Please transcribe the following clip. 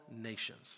nations